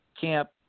camp